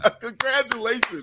Congratulations